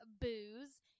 booze